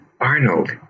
Arnold